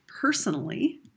personally